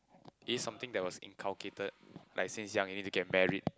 is it something that was inculcated like since young you need to get married